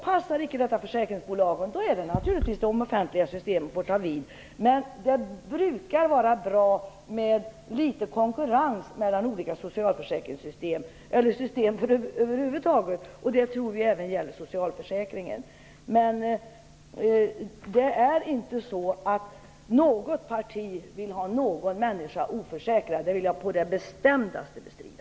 Passar icke detta försäkringsbolagen får naturligtvis de offentliga systemen ta vid. Men det brukar vara bra med konkurrens mellan olika system över huvud taget. Det gäller även socialförsäkringarna. Det är inte så att något parti vill ha någon människa oförsäkrad. Något annat vill jag på det bestämdaste bestrida.